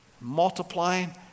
multiplying